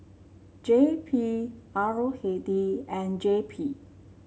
J P R O K D and J P